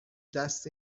دست